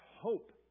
hope